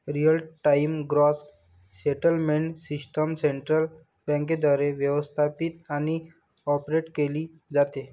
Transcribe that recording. real time gross settlement system central बँकेद्वारे व्यवस्थापित आणि ऑपरेट केली जाते